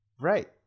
Right